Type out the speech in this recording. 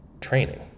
Training